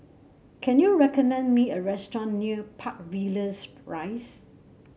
can you recommend me a restaurant near Park Villas Rise